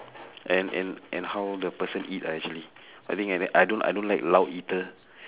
and and and how the person eat ah actually I think I I don't I don't like loud eater